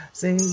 say